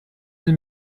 sie